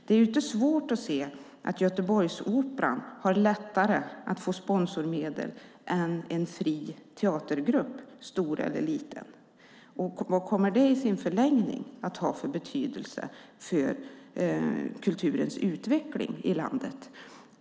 Det är inte svårt att se att Göteborgsoperan har lättare att få sponsormedel än en fri teatergrupp, stor eller liten. Vad kommer det i sin förlängning att ha för betydelse för kulturens utveckling i landet?